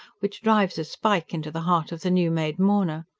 which drives a spike into the heart of the new-made mourner.